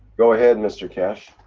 go ahead mr keshe.